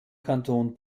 kanton